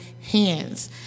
hands